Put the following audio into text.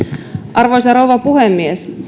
arvoisa rouva puhemies